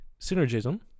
synergism